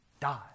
die